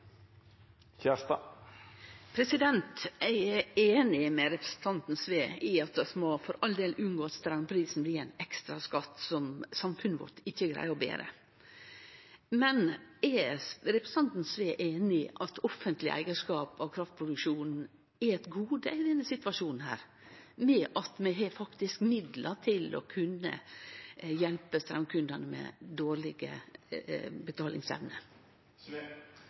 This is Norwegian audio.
gong. Eg er einig med representanten Sve i at vi for all del må unngå at straumprisen blir ein ekstra skatt som samfunnet vårt ikkje greier å bere. Men er representanten Sve einig i at offentleg eigarskap av kraftproduksjonen er eit gode i denne situasjonen, ved at vi faktisk har midlar til å kunne hjelpe straumkundar med dårleg betalingsevne?